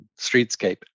streetscape